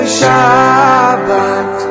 Shabbat